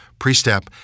Prestep